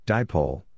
Dipole